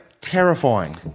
terrifying